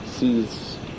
Sees